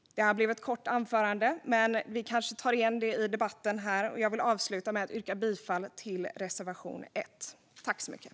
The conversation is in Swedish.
Detta blev ett kort anförande, men vi kanske tar igen det i debatten här. Jag vill avsluta med att yrka bifall till reservation 1.